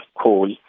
coal